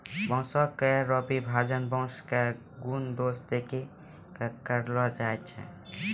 बांसों केरो विभाजन बांसों क गुन दोस देखि कॅ करलो जाय छै